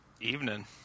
Evening